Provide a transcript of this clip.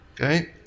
Okay